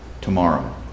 tomorrow